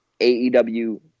AEW